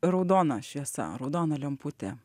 raudona šviesa raudona lemputė